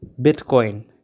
bitcoin